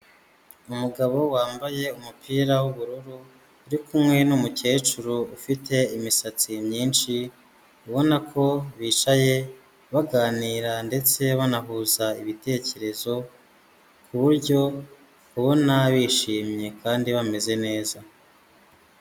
Umugabo wambaye umupira w'ubururu uri kumwe n'umukecuru ufite imisatsi myinshi ubona ko bicaye baganira, ndetse banahuza ibitekerezo ku buryo kubona bishimye kandi bameze neza.